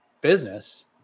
business